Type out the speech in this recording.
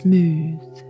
Smooth